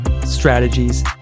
strategies